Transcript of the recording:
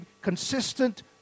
consistent